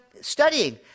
studying